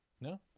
no